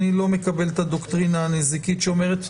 אני לא מקבל את הדוקטרינה הנזיקית שאומרת,